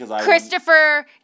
Christopher